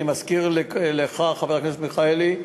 אני מזכיר לך, חבר הכנסת מיכאלי,